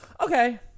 Okay